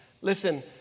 Listen